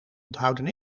onthouden